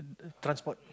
transport